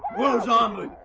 whoa zombie,